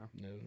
No